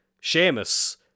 Sheamus